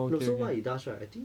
no so what it does right I think